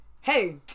Hey